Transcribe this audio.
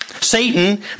Satan